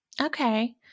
Okay